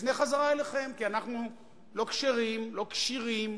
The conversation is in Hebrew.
נפנה חזרה אליכם, כי אנחנו לא כשרים, לא כשירים,